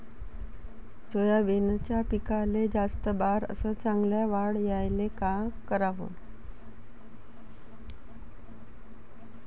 सोयाबीनच्या पिकाले जास्त बार अस चांगल्या वाढ यायले का कराव?